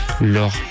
leur